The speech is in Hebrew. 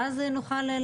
ואז נוכל להמשיך.